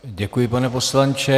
Děkuji, pane poslanče.